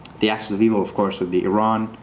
the axis of evil, of course, would be iran,